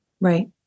Right